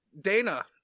Dana